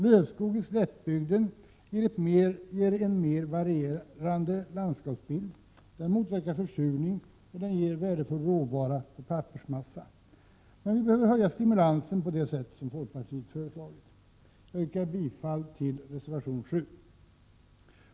Lövskog i slättbygden ger en mer varierande landskapsbild, den motverkar försurning, och den ger värdefull råvara för pappersmassa. Men vi behöver höja stimulansen på det sätt som folkpartiet föreslagit. Jag yrkar bifall till reservation 7.